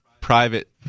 private